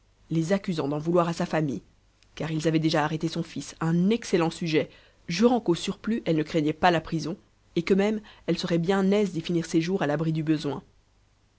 les accusant d'en vouloir à sa famille car ils avaient déjà arrêté son fils un excellent sujet jurant qu'au surplus elle ne craignait pas la prison et que même elle serait bien aise d'y finir ses jours à l'abri du besoin